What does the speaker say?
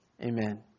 Amen